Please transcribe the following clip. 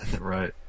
Right